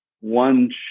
one